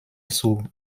zur